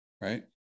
right